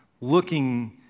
looking